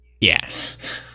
yes